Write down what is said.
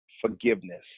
forgiveness